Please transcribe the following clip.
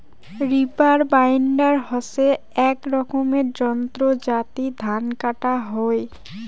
reaper binder হসে আক রকমের যন্ত্র যাতি ধান কাটা হই